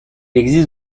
existe